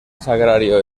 sagrario